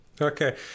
Okay